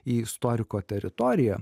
į istoriko teritoriją